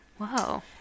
Whoa